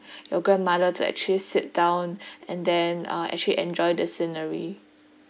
your grandmother to actually sit down and then uh actually enjoy the scenery